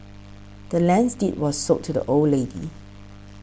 the land's deed was sold to the old lady